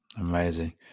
amazing